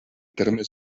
termes